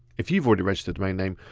if you've already registered domain name,